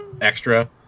extra